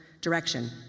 direction